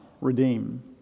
redeem